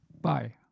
Bye